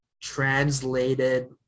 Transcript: translated